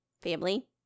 family